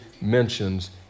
mentions